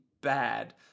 bad